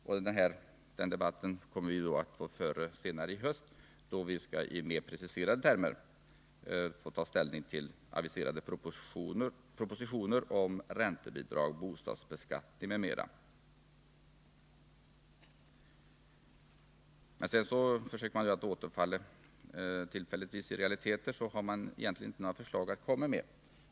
Den här debatten kommer vi vidare att föra också i höst, då vi i mer preciserade termer får ta ställning till den aviserade propositionen om räntebidrag och bostadsbeskattning m.m. När man från vpk tillfälligt försöker ta hänsyn till realiteter, har man egentligen inga förslag att komma med.